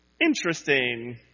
Interesting